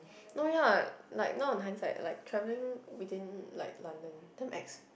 oh ya like now in hindsight like travelling within like London damn ex